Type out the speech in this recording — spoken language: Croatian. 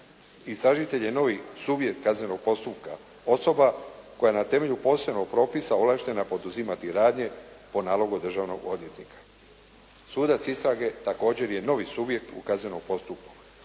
Istražitelj je novi subjekt kaznenog postupka, osoba koja na temelju posebnog propisa ovlaštena poduzimati radnje po nalogu državnog odvjetnika. Sudac istrage također je novi subjekt u kaznenom postupku.